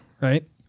right